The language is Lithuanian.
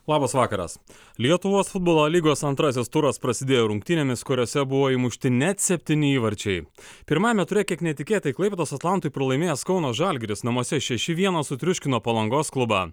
labas vakaras lietuvos futbolo lygos antrasis turas prasidėjo rungtynėmis kuriose buvo įmušti net septyni įvarčiai pirmajame ture kiek netikėtai klaipėdos atlantui pralaimėjęs kauno žalgiris namuose šeši vienas sutriuškino palangos klubą